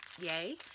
Yay